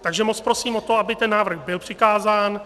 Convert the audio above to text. Takže moc prosím o to, aby ten návrh byl přikázán.